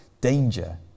danger